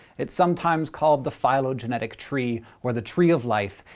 it's sometimes called the phylogenetic tree, or the tree of life,